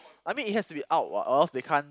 I mean it has to be out [what] or else they can't